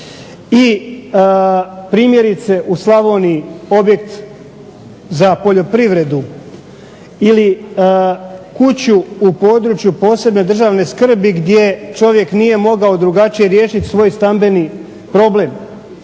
i primjerice u Slavoniji objekt za poljoprivredu ili kuću u području posebne državne skrbi gdje čovjek nije mogao drugačije riješit svoj stambeni problem